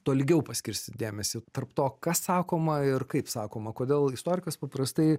tolygiau paskirstyti dėmesį tarp to kas sakoma ir kaip sakoma kodėl istorikas paprastai